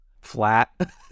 Flat